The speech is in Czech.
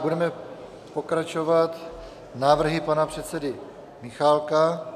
Budeme pokračovat návrhy pana předsedy Michálka.